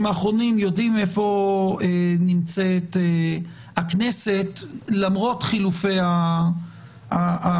האחרונים יודעים איפה נמצאת הכנסת למרות חילופי הממשלה.